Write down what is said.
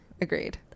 agreed